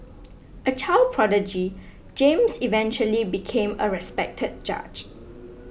a child prodigy James eventually became a respected judge